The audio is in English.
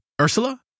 Ursula